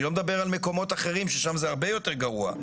ואני לא מדבר על מקומות אחרים ששם זה הרבה יותר גרוע.